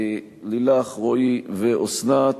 לילך, רועי ואסנת,